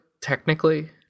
technically